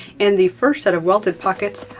and the first set of welted pockets,